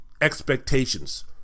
expectations